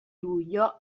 luglio